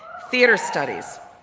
theater studies.